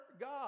God